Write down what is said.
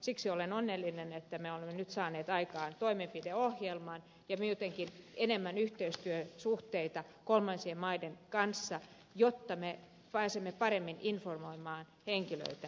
siksi olen onnellinen että me olemme nyt saaneet aikaan toimenpideohjelman ja jotenkin enemmän yhteistyösuhteita kolmansien maiden kanssa jotta me pääsemme paremmin informoimaan henkilöitä